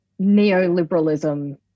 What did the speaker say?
neoliberalism